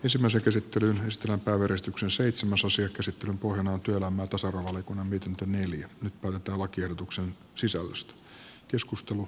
ensimmäiset esittely onnistunutta uurastuksen seitsemäsosan käsittelyn pohjana on kyllä mutta samalla kun on työelämä ja tasa arvovaliokunnan mietintö